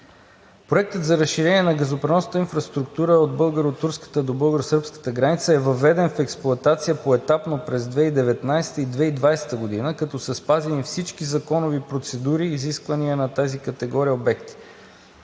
Проектът за разширение на газопреносната инфраструктура от българо-турската до българо-сръбската граница е въведен в експлоатация поетапно през 2019-а и 2020 г., като са спазени всички законови процедури и изисквания на тази категория обекти.